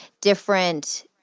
different